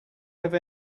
have